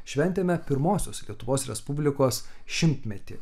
šventėme pirmosios lietuvos respublikos šimtmetį